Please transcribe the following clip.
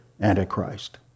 Antichrist